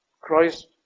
Christ